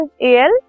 Al